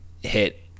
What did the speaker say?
hit